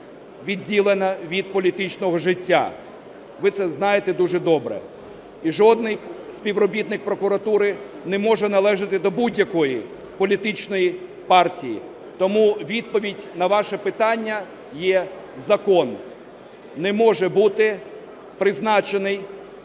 відділена від політичного життя, ви це знаєте дуже добре і жодний співробітник прокуратури не може належати до будь-якої політичної партії. Тому відповідь на ваше питання є закон: не може бути призначений